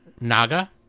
Naga